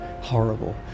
horrible